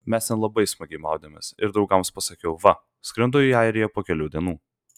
mes ten labai smagiai maudėmės ir draugams pasakiau va skrendu į airiją po kelių dienų